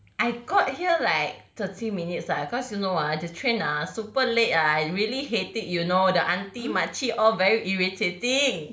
I got here like thirty minutes lah cause you know ah the train ah super late ah I really hate it you know the aunty mak cik all very irritating